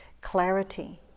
clarity